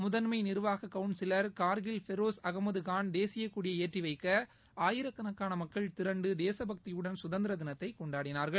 முதன்மை நிர்வாக கவுன்சிலர் கார்கில் ஃபெரோஸ் அகமதுகான் தேசியக்கொடியை ஏற்றி வைக்க ஆயிரக்கணக்கான மக்கள் திரண்டு தேசபக்தியுடன் சுதந்திர தினத்தை கொண்டாடினார்கள்